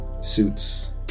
Suits